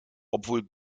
obwohl